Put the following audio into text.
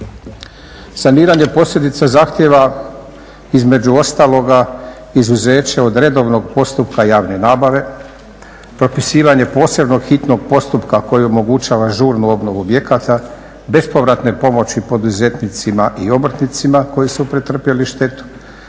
Saniranje posljedica zahtijeva između ostalog izuzeće od redovnog postupka javne nabave, propisivanje posebnog hitnog postupka koji omogućava žurnu obnovu objekata, bespovratne pomoći poduzetnicima i obrtnicima koji su pretrpjeli štetu,